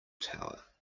tower